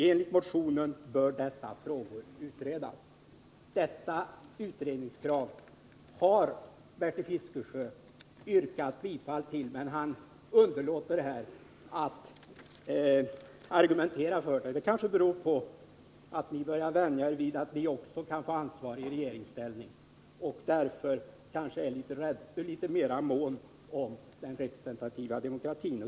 Enligt motionen bör dessa frågor utredas. Detta utredningskrav har Bertil Fiskesjö yrkat bifall till, men han underlåter här att argumentera för det. Det kanske beror på att ni börjar vänja er vid att ni också kan få ansvar i regeringsställning och därför är litet mer måna om den representativa demokratin.